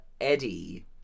Eddie